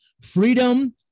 freedom